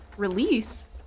release